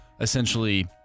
essentially